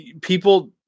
people